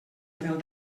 del